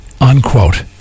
Unquote